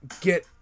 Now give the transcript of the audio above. get